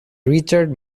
richard